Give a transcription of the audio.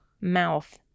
mouth